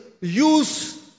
use